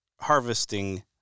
harvesting